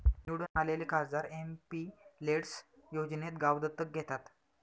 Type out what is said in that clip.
निवडून आलेले खासदार एमपिलेड्स योजनेत गाव दत्तक घेतात